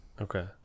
Okay